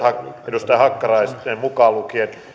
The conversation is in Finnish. edustaja hakkarainen mukaan lukien